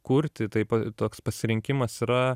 kurti tai toks pasirinkimas yra